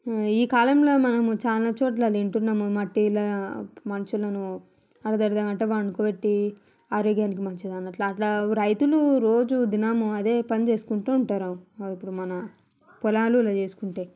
ఈ కాలంలో మనము చాలా చోట్ల వింటున్నాం మట్టి ఇట్లా మనుషులను అర్ధ అర్ధ గంట పడుకోపెట్టి ఆరోగ్యానికి మంచిది అన్నట్టు అట్లా రైతులు రోజు దినము అదే పని చేసుకుంటూ ఉంటారు ఇప్పుడు మన పొలాలులో చేసుకుంటే